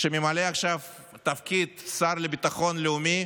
שממלא עכשיו תפקיד שר לביטחון לאומי,